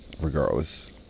regardless